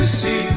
see